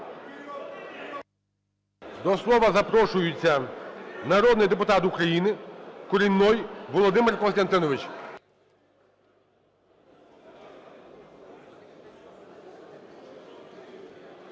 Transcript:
До слова запрошується народний депутат України Куренной Володимир Костянтинович.